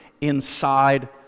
inside